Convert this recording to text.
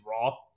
raw